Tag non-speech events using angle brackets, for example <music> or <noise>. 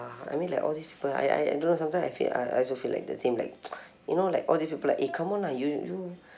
I mean like all these people I I I don't know sometimes I feel I I also feel like the same like <noise> you know like all these people like eh come on lah you you